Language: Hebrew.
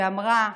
שאמרה: